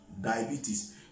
Diabetes